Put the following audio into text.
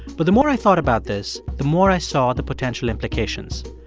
but the more i thought about this, the more i saw the potential implications.